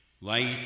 light